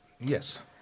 Yes